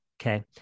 Okay